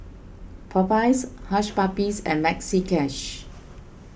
Popeyes Hush Puppies and Maxi Cash